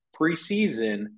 preseason